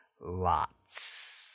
lots